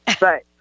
Right